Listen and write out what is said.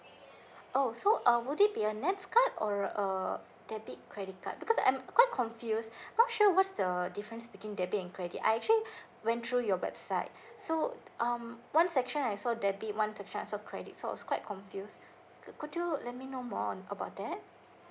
oh so um would it be a NETS card or a debit credit card because I'm quite confused not sure what's the difference between debit and credit I actually went through your website so um one session I saw debit one session I saw credit so I was quite confused could could you let me know more on about that